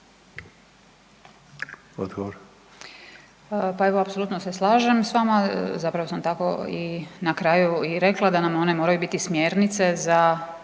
Pa evo apsolutno se slažem s vama, zapravo sam tako na kraju i rekla da nam one moraju biti smjernice za